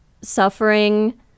suffering